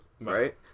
right